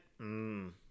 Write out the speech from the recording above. Mmm